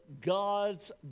God's